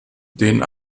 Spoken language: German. den